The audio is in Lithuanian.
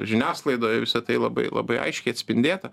žiniasklaidoje visa tai labai labai aiškiai atspindėta